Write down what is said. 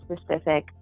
specific